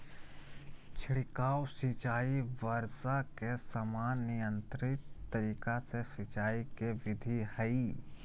छिड़काव सिंचाई वर्षा के समान नियंत्रित तरीका से सिंचाई के विधि हई